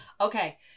Okay